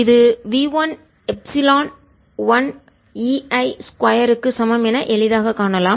இது v1 epsilon 1 EI 2 க்கு சமம் என எளிதாக காணலாம்